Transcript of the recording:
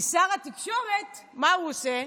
כי שר התקשורת, מה הוא עושה?